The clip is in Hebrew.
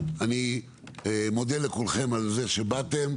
אני מודה לכולכם שבאתם.